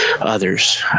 others